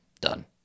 done